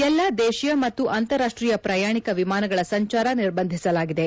ಎಲ್ಲಾ ದೇಶೀಯ ಮತ್ತು ಅಂತಾರಾಷ್ಟೀಯ ಪ್ರಯಾಣಿಕ ವಿಮಾನಗಳ ಸಂಚಾರ ನಿರ್ಬಂಧಿಸಲಾಗಿದೆ